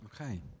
okay